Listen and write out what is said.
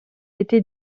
été